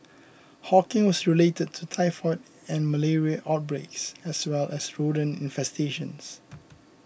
hawking was related to typhoid and malaria outbreaks as well as rodent infestations